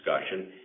discussion